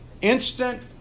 instant